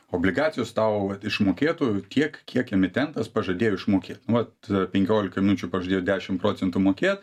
obligacijos tau vat išmokėtų tiek kiek emitentas pažadėjo išmokėt nu vat penkiolika minučių pažadėjo dešim procentų mokėt